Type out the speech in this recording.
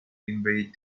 invade